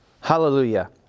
Hallelujah